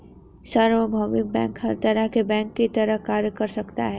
सार्वभौमिक बैंक हर तरह के बैंक की तरह कार्य कर सकता है